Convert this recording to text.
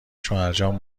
شوهرجان